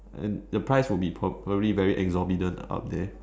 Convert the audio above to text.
and the price will be probably very exorbitant out there